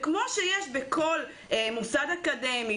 כמו שיש ועדת ערעורים בכל מוסד אקדמי